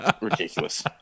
ridiculous